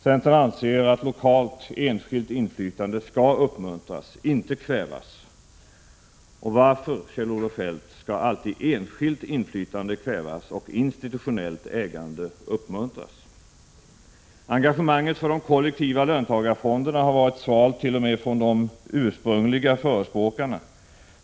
Centern anser att lokalt, enskilt inflytande skall uppmuntras, inte kvävas. Varför, Kjell-Olof Feldt, skall alltid enskilt inflytande kvävas och institutionellt ägande uppmuntras? fonderna har varit svalt.